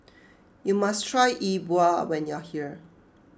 you must try Yi Bua when you are here